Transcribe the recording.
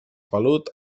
pelut